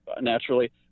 naturally